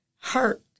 hurt